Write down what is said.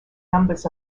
numbers